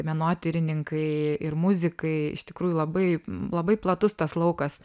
menotyrininkai ir muzikai iš tikrųjų labai labai platus tas laukas